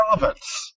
relevance